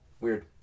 Weird